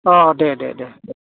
अ दे दे दे